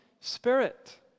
spirit